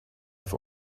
i’ve